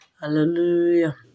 Hallelujah